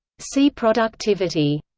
see productivity.